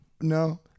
no